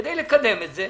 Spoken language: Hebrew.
כדי לקדם את זה